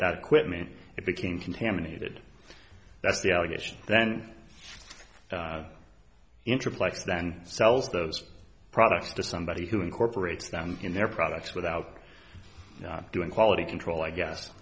that equipment it became contaminated that's the allegation then interest likes then sells those products to somebody who incorporates them in their products without doing quality control i guess